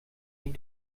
die